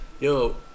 Yo